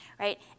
right